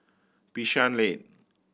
Bishan Lane